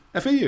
FAU